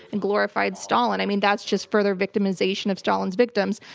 and glorified stalin. i mean, that's just further victimization of stalin's victims.